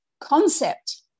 concept